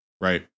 Right